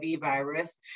virus